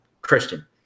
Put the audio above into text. Christian